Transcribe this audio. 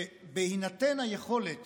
שבהינתן היכולת